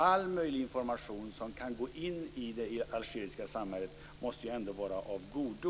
All information som kan gå in i det algeriska samhället måste ändå vara av godo.